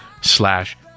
slash